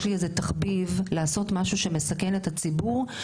יש לי איזה תחביב לעשות משהו שמסכן את הציבור,